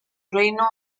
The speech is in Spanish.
reino